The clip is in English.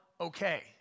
okay